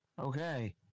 Okay